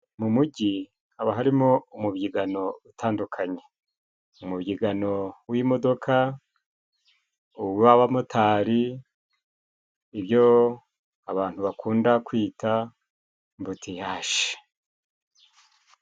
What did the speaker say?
Mu mujyi haba harimo umubyigano utandukanye. Umubyigano w'imodoka, uw'abamotari, ibyo abantu bakunda kwita mbutiyaje.